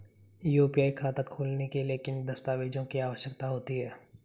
UPI खाता खोलने के लिए किन दस्तावेज़ों की आवश्यकता होती है?